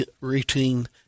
routine